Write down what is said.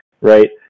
right